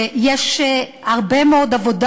ויש הרבה מאוד עבודה,